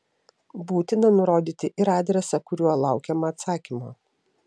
būtina nurodyti ir adresą kuriuo laukiama atsakymo